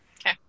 Okay